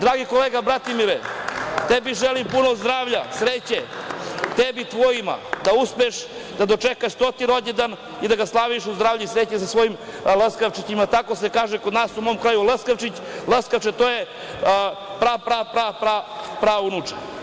Dragi kolega Bratimire, tebi želim puno zdravlja, sreće, tebi i tvojima, da uspeš da dočekaš 100. rođendan i da ga slaviš u zdravlju i sreći sa svojim laskavčićima, tako se kaže kod nas u mom kraju, laskavčić, laskače, to je pra, pra, pra, pra, praunuče.